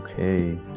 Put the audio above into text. Okay